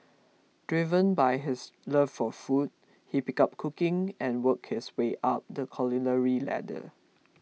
driven by his love for food he picked up cooking and worked his way up the culinary ladder